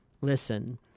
listen